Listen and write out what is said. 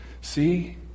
See